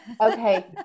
Okay